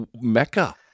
mecca